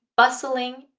bustling,